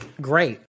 great